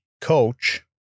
coach